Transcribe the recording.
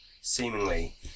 seemingly